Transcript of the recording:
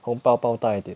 红包包大一点